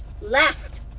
left